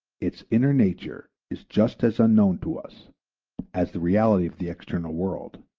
its inner nature is just as unknown to us as the reality of the external world,